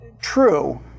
True